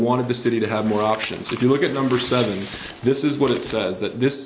wanted the city to have more options if you look at number seven this is what it says that this